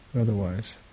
otherwise